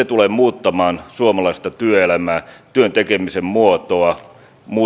tulee muuttamaan suomalaista työelämää työn tekemisen muotoa